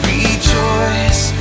Rejoice